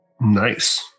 Nice